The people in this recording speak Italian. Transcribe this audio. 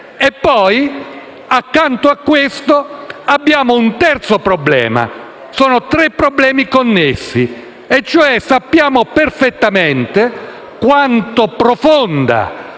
Poi, accanto a questo, abbiamo un terzo problema - sono tre problemi connessi - e cioè sappiamo perfettamente quanto profonda